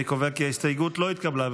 אני קובע כי ההסתייגות לא התקבלה.